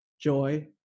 joy